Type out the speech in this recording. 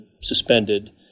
suspended